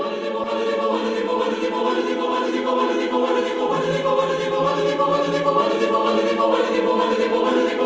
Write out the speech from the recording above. are